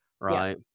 right